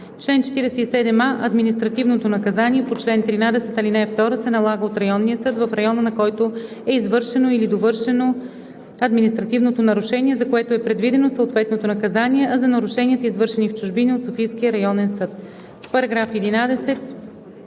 „Чл. 47а. Административното наказание по чл. 13, ал. 2 се налага от районния съд, в района на който е извършено или довършено административното нарушение, за което е предвидено съответното наказание, а за нарушенията, извършени в чужбина – от Софийския районен съд“.“